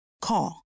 Call